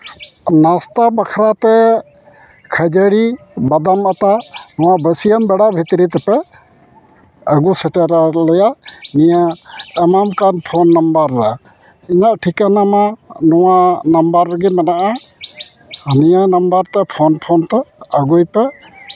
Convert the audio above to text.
ᱱᱟᱥᱛᱟ ᱵᱟᱠᱷᱨᱟ ᱛᱮ ᱠᱷᱟᱹᱡᱟᱹᱲᱤ ᱵᱟᱛᱟᱢ ᱟᱛᱟ ᱱᱚᱣᱟ ᱵᱟᱹᱥᱭᱟᱹᱢ ᱵᱮᱲᱟ ᱵᱷᱤᱛᱨᱤ ᱛᱮᱯᱮ ᱟᱹᱜᱩ ᱥᱮᱴᱮᱨᱟ ᱞᱮᱭᱟ ᱱᱤᱭᱟᱹ ᱮᱢᱟᱢ ᱠᱟᱱ ᱯᱷᱳᱱ ᱱᱟᱢᱵᱟᱨ ᱨᱮ ᱤᱧᱟᱹᱜ ᱴᱷᱤᱠᱟᱱᱟ ᱢᱟ ᱱᱚᱣᱟ ᱱᱟᱢᱵᱟᱨ ᱨᱮᱜᱮ ᱢᱮᱱᱟᱜᱼᱟ ᱟᱨ ᱱᱤᱭᱟᱹ ᱱᱟᱢᱵᱟᱨ ᱛᱮ ᱯᱷᱳᱱ ᱯᱷᱳᱱ ᱛᱮ ᱟᱹᱜᱩᱭ ᱯᱮ